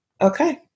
okay